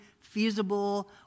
feasible